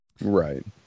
Right